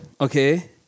Okay